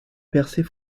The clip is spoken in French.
percée